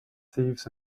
thieves